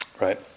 Right